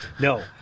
No